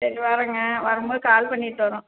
சரி வர்றேங்க வரும்போது கால் பண்ணிவிட்டு வர்றோம்